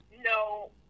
No